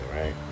right